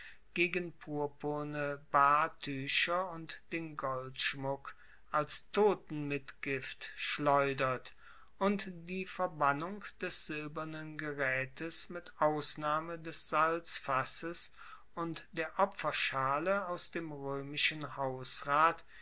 gegen purpurne bahrtuecher und den goldschmuck als totenmitgift schleudert und die verbannung des silbernen geraetes mit ausnahme des salzfasses und der opferschale aus dem roemischen hausrat